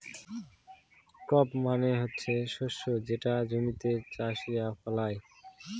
crop মানে হচ্ছে শস্য যেটা জমিতে চাষীরা ফলায়